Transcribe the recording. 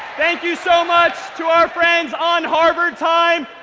thank you so much to our friends on harvard time.